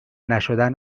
نشدن